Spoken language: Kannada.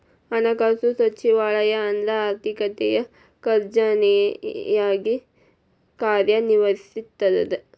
ಹಣಕಾಸು ಸಚಿವಾಲಯ ಅಂದ್ರ ಆರ್ಥಿಕತೆಯ ಖಜಾನೆಯಾಗಿ ಕಾರ್ಯ ನಿರ್ವಹಿಸ್ತದ